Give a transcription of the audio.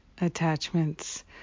attachments